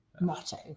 Motto